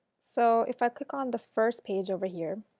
so if i click on the first page over here